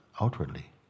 outwardly